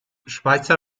schweizer